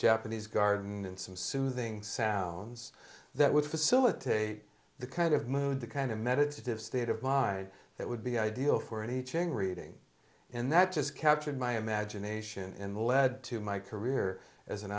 japanese garden and some soothing sounds that would facilitate the kind of mood the kind of meditative state of mind that would be ideal for any ching reading and that just captured my imagination in the lead to my career as an